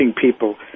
people